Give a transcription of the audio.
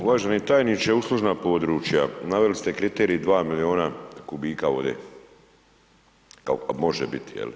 Uvaženi tajniče, uslužna područja, naveli ste kriterij 2 milijuna kubika vode kao može biti jel'